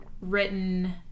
written